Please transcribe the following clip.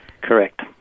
Correct